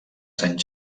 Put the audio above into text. sant